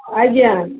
ଆଜ୍ଞା